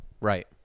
Right